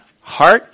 Heart